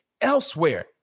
elsewhere